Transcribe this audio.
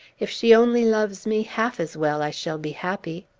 if she only loves me half as well, i shall be happy!